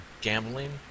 gambling